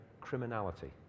criminality